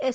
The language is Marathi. एस